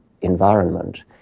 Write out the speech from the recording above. environment